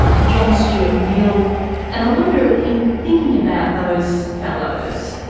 john stuart mill and i wonder, in thinking about those fellows,